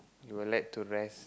you would like to rest